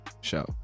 show